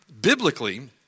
biblically